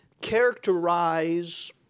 characterize